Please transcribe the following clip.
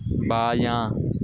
بایاں